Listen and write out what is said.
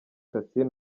cassien